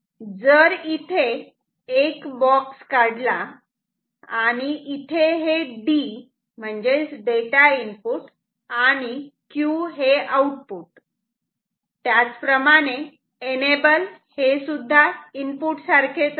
जर इथे एक बॉक्स काढला आणि इथे हे D म्हणजेच डेटा इनपुट आणि Q हे आउटपुट त्याचप्रमाणे एनेबल हेसुद्धा इनपुट सारखेच आहे